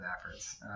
efforts